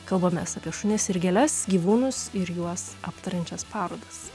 kalbamės apie šunis ir gėles gyvūnus ir juos aptariančias parodas